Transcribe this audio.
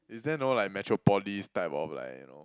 is there no like metropolis type of like you know